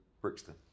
Brixton